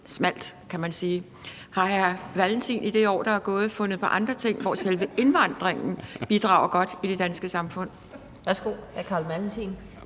smalt. Har hr. Carl Valentin i det år, der er gået, fundet på andre ting, hvor selve indvandringen bidrager til noget godt i det danske samfund? Kl. 12:28 Den fg.